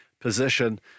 position